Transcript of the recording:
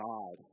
God